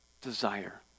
desire